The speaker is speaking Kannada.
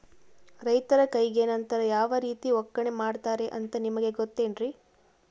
ರೈತರ ಕೈಗೆ ನಂತರ ಯಾವ ರೇತಿ ಒಕ್ಕಣೆ ಮಾಡ್ತಾರೆ ಅಂತ ನಿಮಗೆ ಗೊತ್ತೇನ್ರಿ?